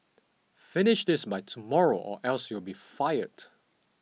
finish this by tomorrow or else you'll be fired